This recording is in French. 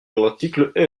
l’article